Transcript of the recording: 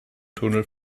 tunnel